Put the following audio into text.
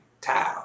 towel